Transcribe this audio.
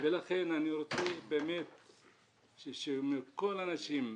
ולכן אני רוצה שכל האנשים,